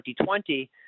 2020